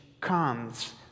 comes